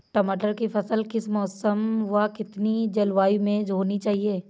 टमाटर की फसल किस मौसम व कितनी जलवायु में होनी चाहिए?